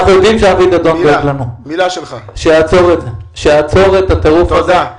שיעצור את הטירוף הזה.